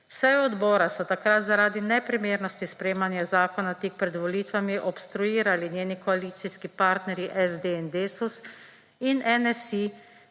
Sejo odbora so takrat zaradi neprimernosti sprejemanja zakona tik pred volitvami obstruirali njeni koalicijski partnerji SD in Desus in NSi,